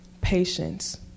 patience